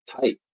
tight